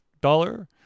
dollar